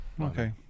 Okay